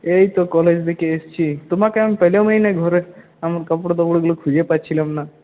এইতো কলেজ থেকে এসেছি তোমাকে আমি পেলামই না ঘরে আমার কাপড় আপরগুলো খুঁজেই পাচ্ছিলাম না